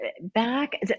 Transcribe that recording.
back